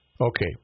Okay